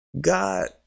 God